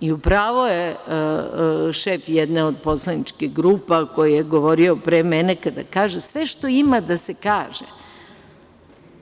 U pravu je šef jedne od poslaničkih grupa, koji je govorio pre mene, kada kaže - sve što ima da se kaže